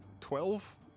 twelve